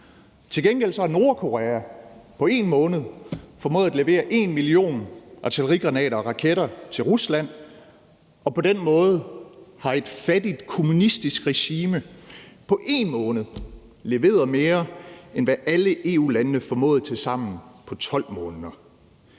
Til gengæld har Nordkorea på 1 måned formået at levere 1 million artillerigranater og raketter til Rusland, og på den måde har et fattigt kommunistisk regime – på 1 måned – leveret mere, end hvad alle EU-lande formåede til sammen på 12 måneder.